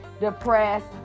depressed